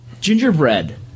gingerbread